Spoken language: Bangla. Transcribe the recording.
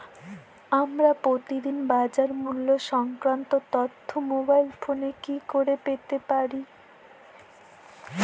আমরা প্রতিদিন বাজার মূল্য সংক্রান্ত তথ্য মোবাইল ফোনে কি করে পেতে পারি?